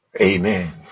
amen